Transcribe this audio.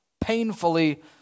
painfully